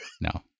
No